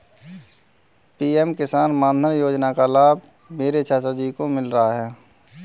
PM किसान मानधन योजना का लाभ मेरे चाचा जी को मिल रहा है